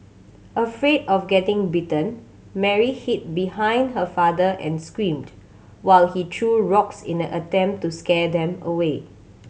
afraid of getting bitten Mary hid behind her father and screamed while he threw rocks in an attempt to scare them away